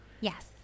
Yes